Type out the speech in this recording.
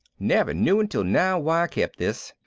never knew until now why i kept this.